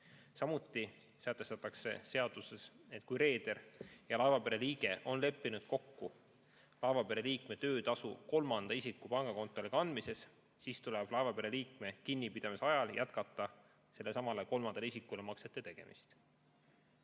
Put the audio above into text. Samuti sätestatakse seaduses, et kui reeder ja laevapere liige on leppinud kokku laevapere liikme töötasu kolmanda isiku pangakontole kandmises, siis tuleb laevapere liikme kinnipidamise ajal jätkata sellelesamale kolmandale isikule maksete tegemist. Ühtlasi